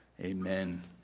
Amen